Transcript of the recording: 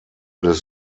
des